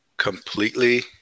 Completely